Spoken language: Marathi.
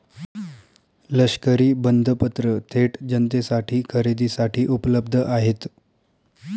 लष्करी बंधपत्र थेट जनतेसाठी खरेदीसाठी उपलब्ध आहेत